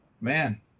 man